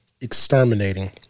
exterminating